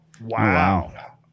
Wow